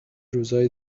روزایی